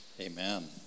Amen